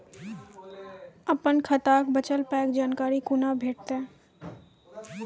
अपन खाताक बचल पायक जानकारी कूना भेटतै?